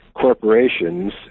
corporations